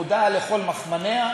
מודע לכל מכמניה,